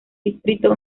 distrito